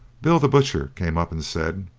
bill the butcher came up and said